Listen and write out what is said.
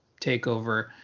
takeover